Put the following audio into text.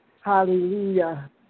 Hallelujah